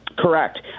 Correct